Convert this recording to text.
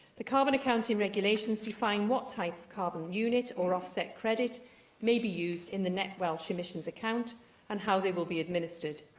the carbon accounting regulations define what type of carbon unit or offset credit may be used in the net welsh emissions account and how they will be administered.